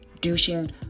douching